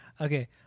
Okay